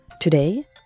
Today